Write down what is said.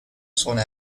sona